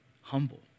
humble